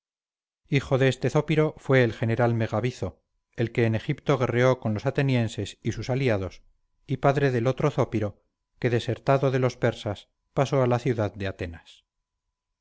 hijo de este zópiro fue el general megabizo el que en egipto guerreó con los atenienses y sus aliados y padre del otro zópiro que desertado de los persas pasó a la ciudad de atenas